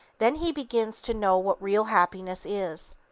then he begins to know what real happiness is.